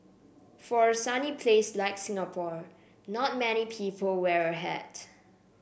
for a sunny place like Singapore not many people wear a hat